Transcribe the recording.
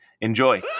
enjoy